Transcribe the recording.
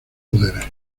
poderes